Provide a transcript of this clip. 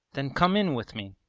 then come in with me.